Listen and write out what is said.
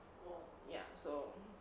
ya so